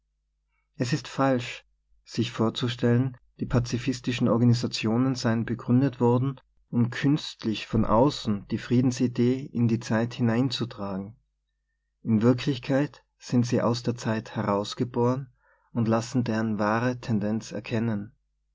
es ist falsch sich vorzustellen die pazifistischen organisationen seien begründet worden um künstlich von außen die friedensidee in die zeit hineinzutragen in wirklichkeit sind sie aus der zeit herausgeboren und lassen deren wahre tendenz erkennen